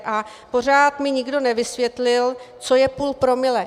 A pořád mi nikdo nevysvětlil, co je půl promile.